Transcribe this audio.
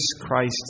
Christ